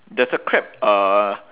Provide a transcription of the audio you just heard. there's a crab uh